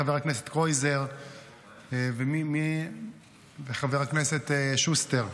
חבר הכנסת קרויזר וחבר הכנסת שוסטר,